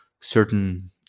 certain